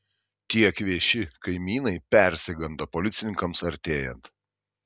tie kvėši kaimynai persigando policininkams artėjant